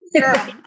Girl